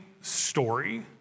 story